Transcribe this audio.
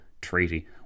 treaty